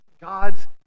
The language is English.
God's